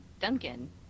Duncan